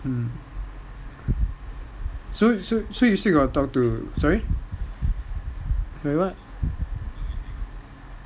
so so so you still got talk t~ sorry sorry what